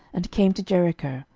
and came to jericho,